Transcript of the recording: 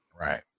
Right